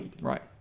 Right